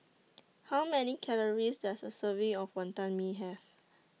How Many Calories Does A Serving of Wonton Mee Have